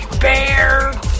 bear